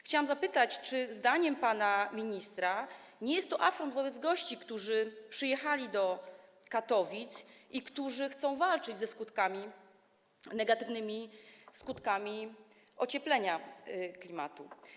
Chciałam zapytać, czy zdaniem pana ministra nie jest to afront wobec gości, którzy przyjechali do Katowic i którzy chcą walczyć z negatywnymi skutkami ocieplenia klimatu.